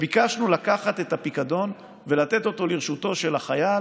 ביקשנו לקחת את הפיקדון ולתת אותו לרשותו של החייל,